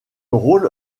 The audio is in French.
rôle